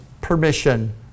permission